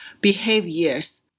behaviors